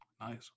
Nice